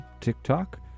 TikTok